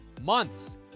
months